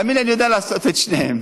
תאמין לי, אני יודע לעשות את שניהם,